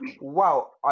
Wow